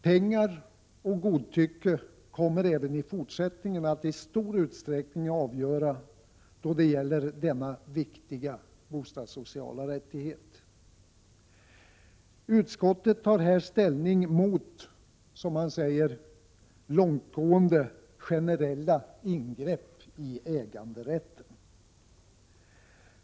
Pengar och godtycke kommer även i fortsättningen att i stor utsträckning avgöra då det gäller denna viktiga bostadssociala rättighet. Utskottet tar här ställning mot, som man säger, långtgående generella ingrepp i äganderätten.